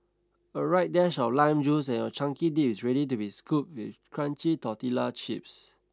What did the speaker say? a right dash of lime juice and your chunky dip is ready to be scooped with crunchy tortilla chips